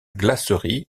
glacerie